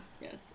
Yes